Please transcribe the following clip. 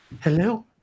Hello